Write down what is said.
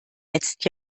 jetzt